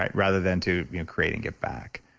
rather than to create and give back.